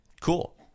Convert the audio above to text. cool